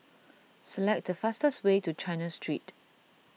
select the fastest way to China Street